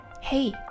Hey